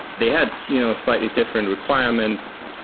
they had you know slightly different requirements.